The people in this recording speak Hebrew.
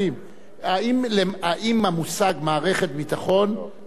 האם המושג "מערכת ביטחון" נכלל באיזו הגדרה חוקית?